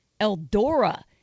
Eldora